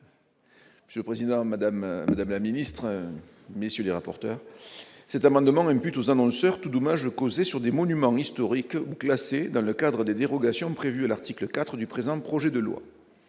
marques. Je président Madame madame la ministre, messieurs les rapporteurs cet amendement une pute aux annonceurs tout dommage causé sur des monuments historiques classés dans le cadre des dérogations prévues à l'article IV du présent projet de loi,